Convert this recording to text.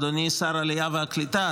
אדוני שר העלייה והקליטה,